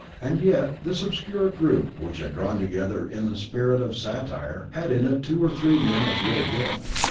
and yet this obscure group, which had drawn together in a spirit of satire, had in it two or three men of real gift.